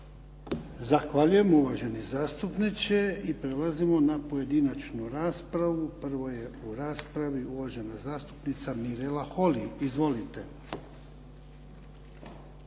Zahvaljujem uvaženi zastupniče i prelazimo na pojedinačnu raspravu. Prva je u raspravi uvažena zastupnica Mirela Holy. Izvolite.